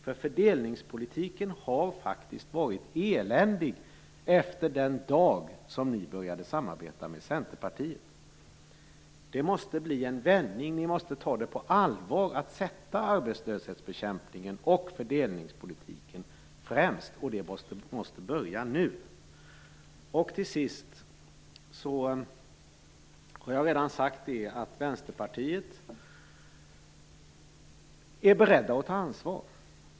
Fördelningspolitiken har faktiskt varit eländig efter den dag som ni började samarbeta med Centerpartiet. Det måste bli en vändning. Ni måste det på allvar att sätta arbetslöshetsbekämpningen och fördelningspolitiken främst, och det måste påbörjas nu. Till sist har jag redan sagt att Vänsterpartiet är berett att ta ansvar.